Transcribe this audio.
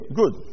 good